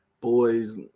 Boys